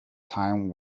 time